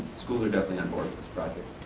schools are definitely on board for this project.